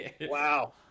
Wow